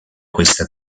questa